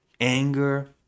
Anger